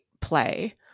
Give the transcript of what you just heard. play